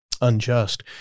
unjust